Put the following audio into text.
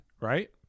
right